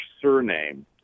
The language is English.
surname